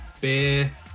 beer